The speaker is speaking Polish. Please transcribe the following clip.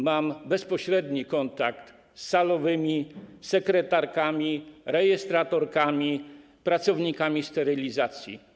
Mam bezpośredni kontakt z salowymi, sekretarkami, rejestratorkami i pracownikami sterylizacji.